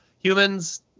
humans